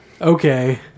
Okay